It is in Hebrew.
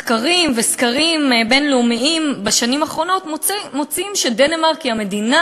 מחקרים וסקרים בין-לאומיים בשנים האחרונות מוצאים שדנמרק היא המדינה,